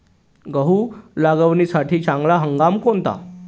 गहू लागवडीसाठी चांगला हंगाम कोणता?